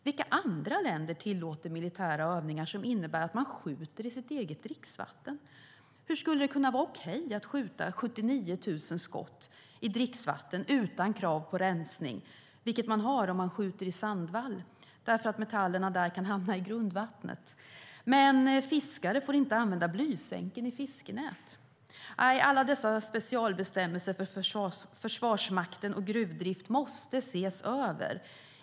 Vilka andra länder tillåter militära övningar som innebär att man skjuter i sitt eget i dricksvatten? Hur skulle det kunna vara okej att skjuta 79 000 skott i dricksvatten utan krav på rensning, vilket man har om man skjuter i sandvall, därför att metallerna där kan hamna i grundvattnet. Men fiskare får inte använda blysänken i fiskenät. Alla dessa specialbestämmelser för Försvarsmakten och gruvdrift måste ses över.